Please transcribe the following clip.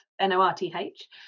n-o-r-t-h